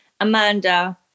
Amanda